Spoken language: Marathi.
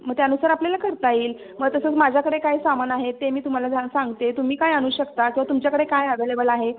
मग त्यानुसार आपल्याला करता येईल मग तसंच माझ्याकडे काय सामान आहेत ते मी तुम्हाला जा सांगते तुम्ही काय आणू शकता किंवा तुमच्याकडे काय अवेलेबल आहे